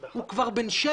הוא כבר בן 6,